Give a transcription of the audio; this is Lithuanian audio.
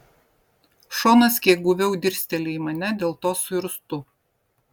šonas kiek guviau dirsteli į mane dėl to suirztu